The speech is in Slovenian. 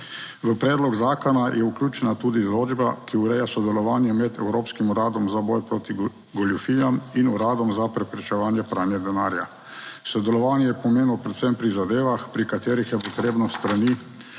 V predlog zakona je vključena tudi določba, ki ureja sodelovanje med Evropskim uradom za boj proti goljufijam in uradom za preprečevanje pranja denarja. Sodelovanje je pomembno predvsem pri zadevah, pri katerih je potrebno s strani